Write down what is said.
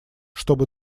чтобы